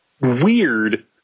weird